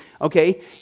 okay